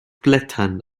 blättern